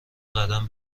قدم